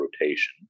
rotation